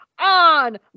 on